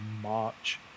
march